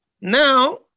Now